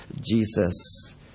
Jesus